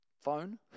phone